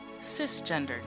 cisgender